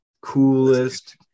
coolest